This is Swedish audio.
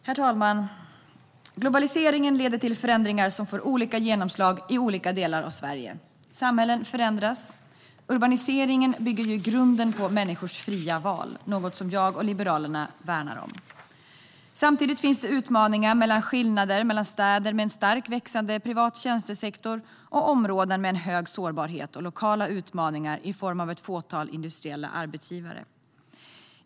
Herr talman! Globaliseringen leder till förändringar som får olika genomslag i olika delar av Sverige. Samhällen förändras. Urbaniseringen bygger i grunden på människors fria val, något som jag och Liberalerna värnar. Samtidigt finns det utmaningar i form av skillnader mellan städer med en stark, växande privat tjänstesektor och områden med en hög sårbarhet och lokala utmaningar i form av ett fåtal industriella arbetsgivare.